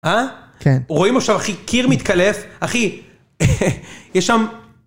אה? כן. רואים עכשיו, אחי, קיר מתקלף. אחי... יש שם...